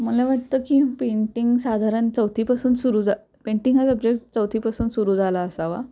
मला वाटतं की पेंटिंग साधारण चौथीपासून सुरू जा पेंटिंग हा सब्जेक्ट चौथीपासून सुरू झाला असावा